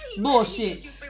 Bullshit